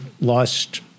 lost